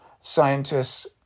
scientists